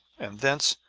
and thence,